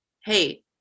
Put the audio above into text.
Hey